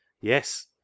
yes